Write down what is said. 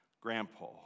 grandpa